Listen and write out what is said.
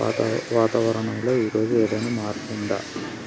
వాతావరణం లో ఈ రోజు ఏదైనా మార్పు ఉందా?